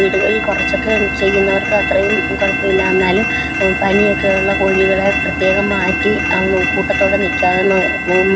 വീടുകളിൽ കുറച്ചൊക്കെ ചെയ്യുന്നവർക്ക് അത്രയും കുഴപ്പമില്ല എന്നാലും പനിയൊക്കെ ഉള്ള കോഴികളെ പ്രത്യേകം മാറ്റി കൂട്ടത്തോടെ നില്ക്കാതെ